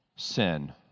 sin